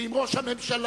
ועם ראש הממשלה,